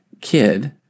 kid